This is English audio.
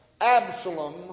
Absalom